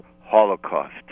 Holocaust